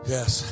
Yes